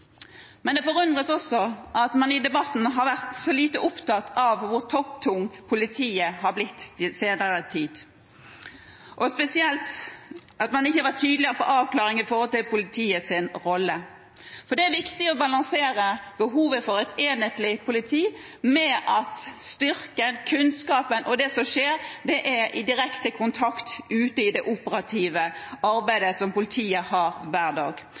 Men det forundrer meg også at man i debatten har vært så lite opptatt av hvor topptungt politiet har blitt den senere tiden, og spesielt at man ikke har vært tydeligere på avklaring når det gjelder politiets rolle. Det er viktig å balansere behovet for et enhetlig politi med at styrken, kunnskapen og det som skjer, er i direkte kontakt ute i det operative arbeidet som politiet